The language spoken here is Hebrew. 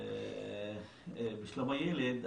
של המועצה לשלום הילד,